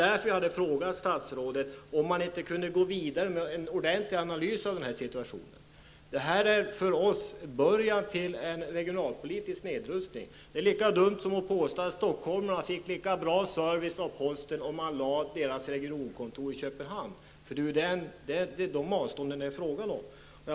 Därför frågade jag statsrådet om han inte kunde göra en ordentlig analys av situationen. Detta är för oss början till en regionalpolitisk nedrustning. Det är lika dumt som att påstå att stockholmarna får lika bra service av posten, om man lägger stockholmarnas regionkontor i Köpenhamn. Det är ju sådant avstånd det är fråga om.